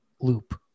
loop